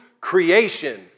creation